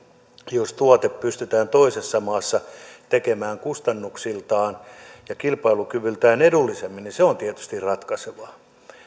jos tuote pystytään toisessa maassa tekemään kustannuksiltaan ja kilpailukyvyltään edullisemmin niin se on tietysti ratkaisevaa